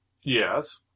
Yes